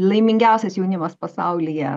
laimingiausias jaunimas pasaulyje